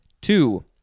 Two